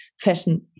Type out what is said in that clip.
fashion